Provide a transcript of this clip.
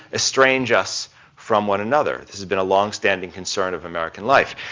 estrange us from one another. this has been a long-standing concern of american life.